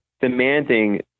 demanding